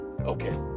Okay